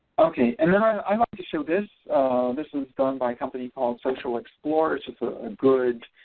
okay and then i want to show this this is done by company called central explorers it's a and good